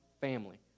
family